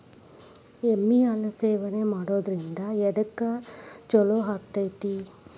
ಎಮ್ಮಿ ಹಾಲು ಸೇವನೆ ಮಾಡೋದ್ರಿಂದ ಎದ್ಕ ಛಲೋ ಆಕ್ಕೆತಿ?